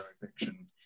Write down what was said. fiction